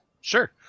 Sure